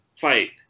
fight